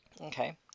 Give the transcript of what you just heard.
okay